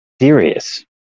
serious